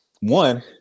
one